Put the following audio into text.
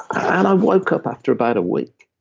i woke up after about a week,